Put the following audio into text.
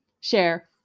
share